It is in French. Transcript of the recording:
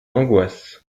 d’angoisse